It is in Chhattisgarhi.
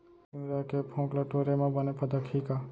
तिंवरा के फोंक ल टोरे म बने फदकही का?